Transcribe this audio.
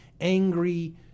angry